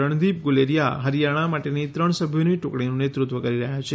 રણદીપ ગુલેરીયા હરીયાણા માટેની ત્રણ સભ્યોની ટુકડીનું નેતૃત્વ કરી રહ્યા છે